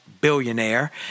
billionaire